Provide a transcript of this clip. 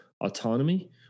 autonomy